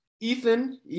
Ethan